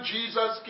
Jesus